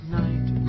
night